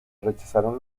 rechazaron